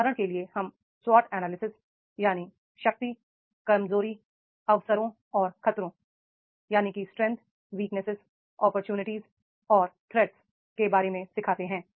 उदाहरण के लिए हम स्वॉट एनालिसिस शक्ति कमजोरी अवसरों और खतरों के बारे में सिखाते हैं